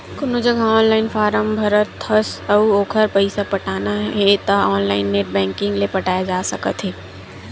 कोनो जघा online form भरत हस अउ ओखर पइसा पटाना हे त ऑनलाइन नेट बैंकिंग ले पटाए जा सकत हे